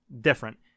different